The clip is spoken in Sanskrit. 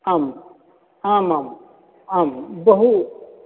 आम् आम् आम् आं बहु